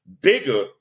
bigger